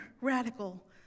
radical